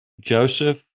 Joseph